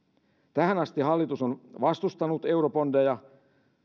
tähän asti hallitus on vastustanut eurobondeja